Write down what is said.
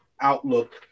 outlook